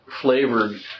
flavored